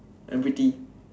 and pretty